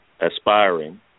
aspiring